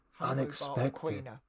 Unexpected